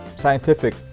scientific